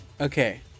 Okay